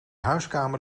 huiskamer